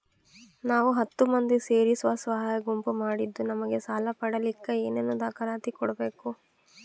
ನಾವು ಹತ್ತು ಮಂದಿ ಸೇರಿ ಸ್ವಸಹಾಯ ಗುಂಪು ಮಾಡಿದ್ದೂ ನಮಗೆ ಸಾಲ ಪಡೇಲಿಕ್ಕ ಏನೇನು ದಾಖಲಾತಿ ಕೊಡ್ಬೇಕು?